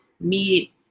meet